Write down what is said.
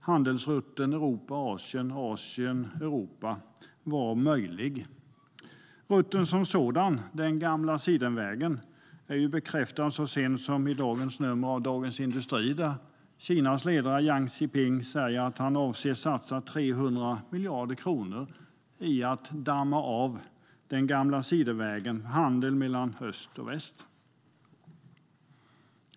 Handelsrutten Europa-Asien och Asien-Europa var möjlig. Rutten som sådan, den gamla Sidenvägen, är ju bekräftad så sent som i dagens nummer av Dagens industri, där Kinas ledare Xi Jinping säger att han avser att satsa 300 miljarder kronor för att damma av den gamla Sidenvägen för handel mellan öst och väst.